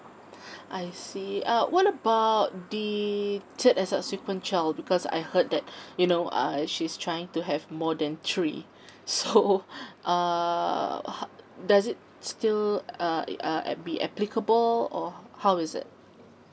I see uh what about the third and subsequent child because I heard that you know uh she's trying to have more than three so uh does it still uh uh be applicable or how is it